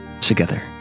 together